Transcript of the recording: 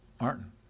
Martin